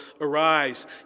arise